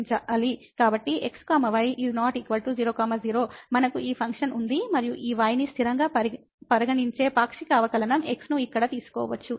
కాబట్టి x y ≠ 00 మనకు ఈ ఫంక్షన్ ఉంది మరియు ఈ y ని స్థిరంగా పరిగణించే పాక్షిక అవకలనం x ను ఇక్కడ తీసుకోవచ్చు